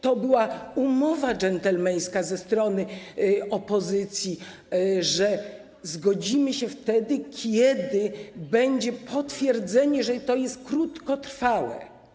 To była umowa dżentelmeńska ze strony opozycji, że zgodzimy się wtedy, kiedy będzie potwierdzenie, że to jest krótkotrwałe.